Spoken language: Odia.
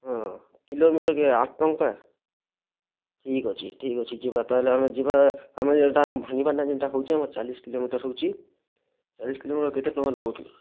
ହଁ କିଲୋମିଟର୍ କେ ଆଠ ଟଙ୍କା ଠିକ୍ ଅଛି ଠିକ୍ ଅଛି ଯିବା ତାହାଲେ ଆମେ ଯିବା ଆମେ ଏଇଟା ଭାଙ୍ଗିବା ନା ଯେନ୍ଟା ହେଉଛି ଆମର୍ ଚାଳିଶି କିଲୋମିଟର୍ ହେଉଛି ଚାଳିଶି କିଲୋମିଟର୍ କେତେ ଟଙ୍କା ଦବ କି